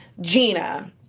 Gina